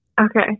Okay